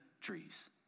trees